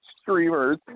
streamers